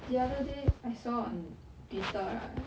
the other day I saw on Twitter right